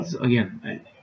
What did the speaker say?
Again